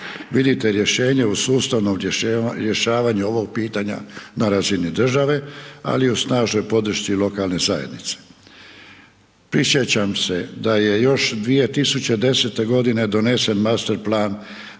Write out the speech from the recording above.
Vidite rješenje u sustavnom rješavanju ovog pitanja na razini države, ali i u snažnoj podršci lokalne zajednice. Prisjećam se da je još 2010. godine donesen master plan